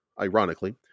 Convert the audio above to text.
ironically